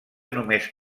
només